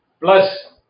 Plus